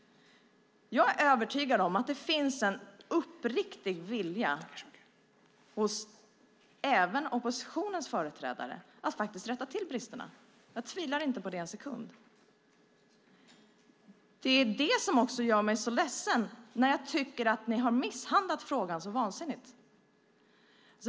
Jag är övertygad om att det finns en uppriktig vilja även hos oppositionens företrädare att rätta till bristerna. Jag tvivlar inte på det en sekund. Det är det som gör mig så ledsen när jag tycker att ni har misshandlat frågan så vansinnigt.